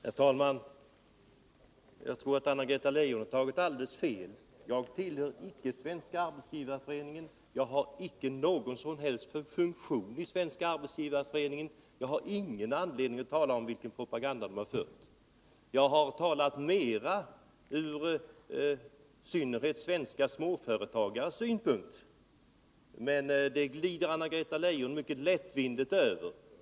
Herr talman! Jag tror att Anna-Greta Leijon har tagit alldeles fel. Jag tillhör icke Svenska arbetsgivareföreningen. Jag har icke någon som helst funktion i Svenska arbetsgivareföreningen. Jag har ingen anledning att tala om vilken propaganda Svenska arbetsgivareföreningen har fört. Jag har talat mera från i synnerhet svenska småföretagares synpunkt, men det glider Anna-Greta Leijon mycket lättvindigt över.